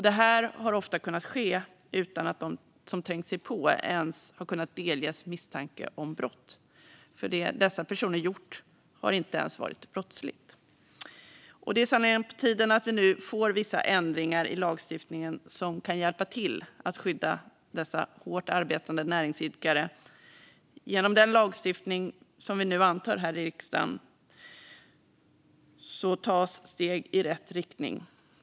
Det här har ofta kunnat ske utan att de som trängt sig på ens har kunnat delges misstanke om brott, för att det som dessa personer gjort inte ens har varit brottsligt. Det är sannerligen på tiden att vi nu får till vissa ändringar i lagstiftningen som kan hjälpa till att skydda dessa hårt arbetande näringsidkare. Genom den lagstiftning vi nu antar här i riksdagen tas steg i rätt riktning.